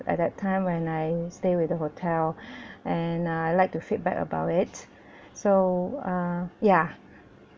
at that time when I stay with the hotel and I like to feedback about it so uh ya